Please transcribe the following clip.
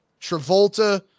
Travolta